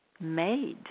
made